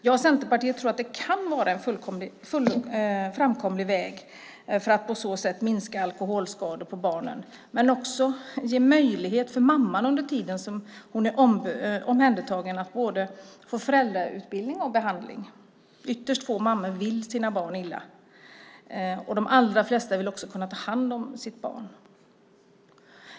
Jag och Centerpartiet tror att det kan vara en framkomlig väg för att på så sätt minska alkoholskador på barnen men också för att ge möjlighet för mamman under tiden som hon är omhändertagen att få både föräldrautbildning och behandling. Ytterst få mammor vill sina barn illa. De allra flesta vill också kunna ta hand om sitt barn.